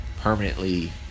permanently